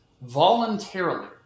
voluntarily